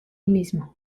mismo